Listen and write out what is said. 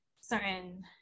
certain